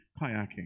kayaking